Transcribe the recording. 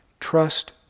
Trust